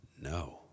No